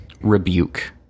Rebuke